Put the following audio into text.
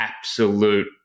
absolute